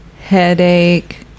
Headache